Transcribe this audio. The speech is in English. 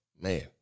Man